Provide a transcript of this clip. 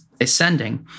ascending